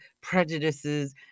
prejudices